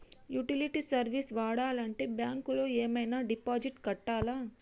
Utility service వాడాలంటే bank లో ఏమైనా డిపాజిట్ కట్టాలా?